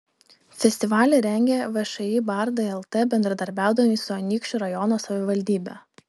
festivalį rengia všį bardai lt bendradarbiaudami su anykščių rajono savivaldybe